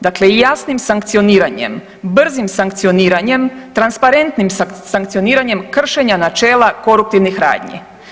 Dakle jasnim sankcioniranjem, brzim sankcioniranjem, transparentnim sankcioniranjem kršenja načela koruptivnih radnji.